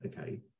okay